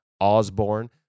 Osborne